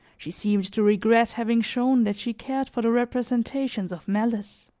she seemed to regret having shown that she cared for the representations of malice.